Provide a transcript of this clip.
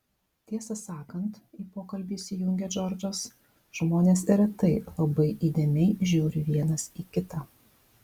tiesą sakant į pokalbį įsijungė džordžas žmonės retai labai įdėmiai žiūri vienas į kitą